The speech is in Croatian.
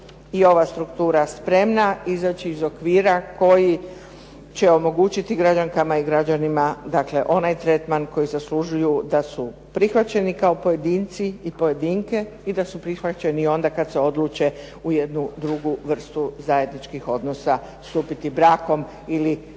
i ova struktura spremna izaći iz okvira koji će omogućiti građankama i građanima dakle onaj tretman koji zaslužuju da su prihvaćeni kao pojedinci i pojedinke i da su prihvaćeni i onda kad se odluče u jednu drugu vrstu zajedničkih odnosa stupiti brakom ili